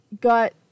got